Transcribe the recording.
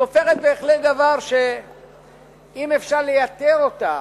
היא הופכת לדבר שאם היה אפשר לייתר אותו,